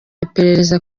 iperereza